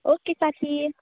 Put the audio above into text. okay साथी